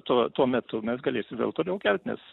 to tuo metu mes galėsim vėl toliau kelt nes